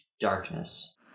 darkness